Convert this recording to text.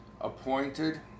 appointed